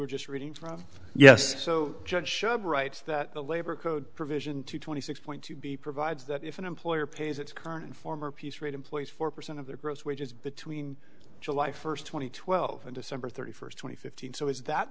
were just reading yes so judge should write that the labor code provision to twenty six point two b provides that if an employer pays its current former peace rate employees four percent of their gross wages between july first twenty twelve and december thirty first twenty fifteen so is that